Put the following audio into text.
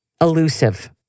elusive